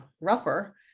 rougher